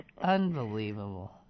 Unbelievable